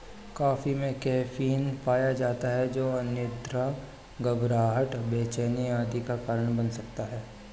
coffee में caffeine पाया जाता है जो अनिद्रा, घबराहट, बेचैनी आदि का कारण बन सकता है